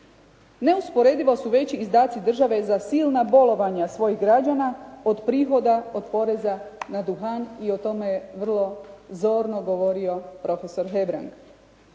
Neusporedivo su veći izdaci države za silna bolovanja svojih građana od prihoda od poreza na duhan i o tome je vrlo zorno govorio profesor Hebrang.